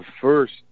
first